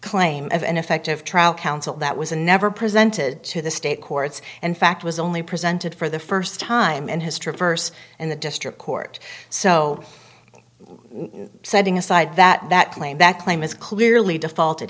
claim of ineffective trial counsel that was a never presented to the state courts and fact was only presented for the first time in history verse in the district court so setting aside that claim that claim is clearly defaulted